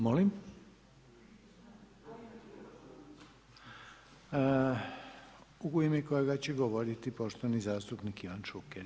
Molim? ... [[Upadica: ne čuje se.]] u ime kojega će govoriti poštovani zastupnik Ivan Šuker.